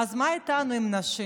ואז מה איתנו, עם הנשים?